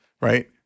Right